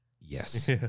Yes